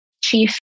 chief